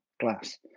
glass